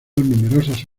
numerosas